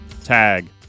Tag